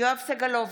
יואב סגלוביץ'